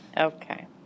Okay